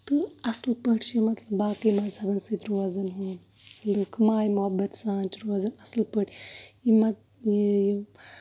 تہٕ اَصٕل پٲٹھۍ چھِ مطلب باقٕے مَزہبَن سۭتۍ روزان لُکھ ماے مُحبت سان چھِ روزان اَصٕل پٲٹھۍ یِم مطلب یہِ